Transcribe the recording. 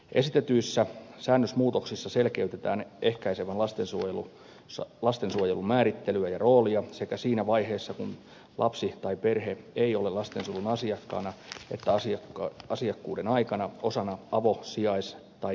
esitetyissä säännösmuutoksissa selkeytetään ehkäisevän lastensuojelun määrittelyä ja roolia sekä siinä vaiheessa kun lapsi tai perhe ei ole lastensuojelun asiakkaana että asiakkuuden aikana osana avo sijais tai jälkihuoltoa